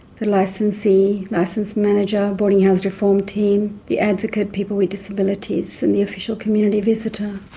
the licensee, license manager, boarding house reform team, the advocate, people with disabilities, and the official community visitor.